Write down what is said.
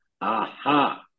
Aha